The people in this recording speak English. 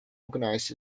organized